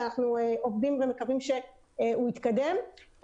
אנחנו עובדים ומקווים שהוא יתקדם,